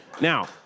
Now